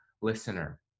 listener